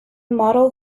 model